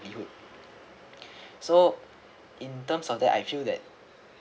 so in terms of that I feel that